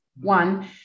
one